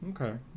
Okay